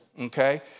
okay